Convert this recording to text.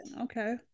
okay